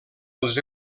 els